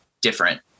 different